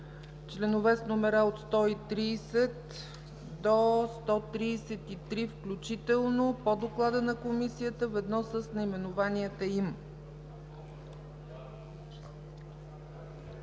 членове с номера от 130 до 133 включително по доклада на Комисията, ведно с наименованията им.